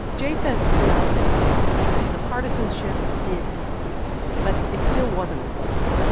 geyh says throughout the twentieth century, the partisanship did increase, but it still wasn't a war.